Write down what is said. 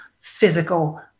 physical